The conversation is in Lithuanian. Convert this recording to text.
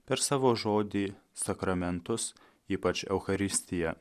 per savo žodį sakramentus ypač eucharistiją